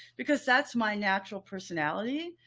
because that's my natural personality.